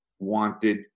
wanted